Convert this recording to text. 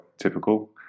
typical